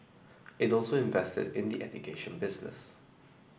it also invested in the education business